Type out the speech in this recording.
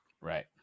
Right